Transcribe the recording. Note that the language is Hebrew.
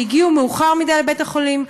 שהגיעו מאוחר מדי לבית-החולים.